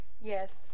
Yes